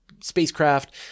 spacecraft